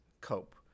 cope